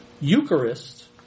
Eucharist